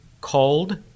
called